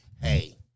hey